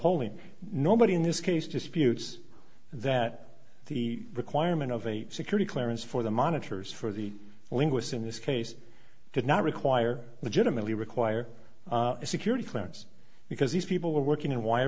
holding nobody in this case disputes that the requirement of a security clearance for the monitors for the linguists in this case did not require legitimately require a security clearance because these people were working in w